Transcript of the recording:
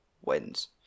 wins